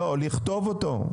לא, לכתוב אותו.